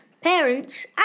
parents